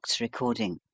recording